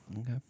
Okay